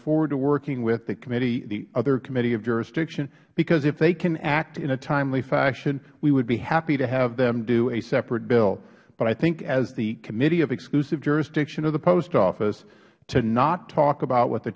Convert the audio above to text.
forward to working with the other committee of jurisdiction because if they can act in a timely fashion we would be happy to have them do a separate bill but i think as the committee of exclusive jurisdiction of the post office to not talk about what the